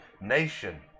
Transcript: nation